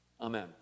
Amen